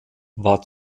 war